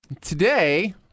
today